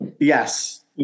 Yes